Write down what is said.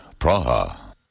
Praha